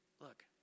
Look